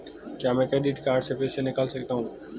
क्या मैं credit card से पैसे निकाल सकता हूँ?